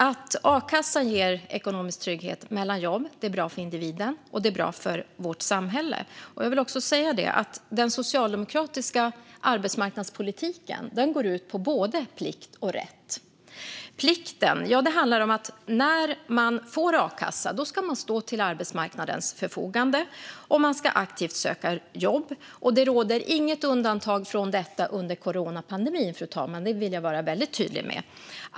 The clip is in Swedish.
Att a-kassa ger ekonomisk trygghet mellan jobb är bra för individen och för vårt samhälle. Den socialdemokratiska arbetsmarknadspolitiken går ut på både plikt och rätt. Plikten handlar om att när man får a-kassa ska man stå till arbetsmarknadens förfogande och man ska aktivt söka jobb. Det råder inget undantag från detta under coronapandemin, fru talman. Det vill jag vara väldigt tydlig med.